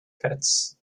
pits